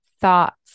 thoughts